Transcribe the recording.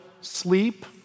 sleep